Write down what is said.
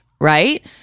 right